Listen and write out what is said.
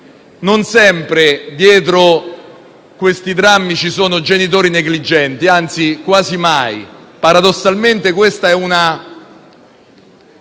Non sempre dietro a questi drammi ci sono genitori negligenti, anzi quasi mai. Paradossalmente questa è una